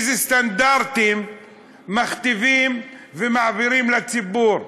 איזה סטנדרטים מכתיבים ומעבירים לציבור?